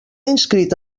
inscrit